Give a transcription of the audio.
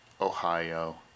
Ohio